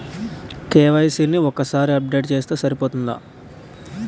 KYC ని ఒక్కసారి update చేస్తే సరిపోతుందా?